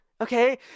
Okay